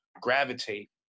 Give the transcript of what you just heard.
gravitate